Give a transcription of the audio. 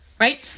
right